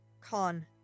Con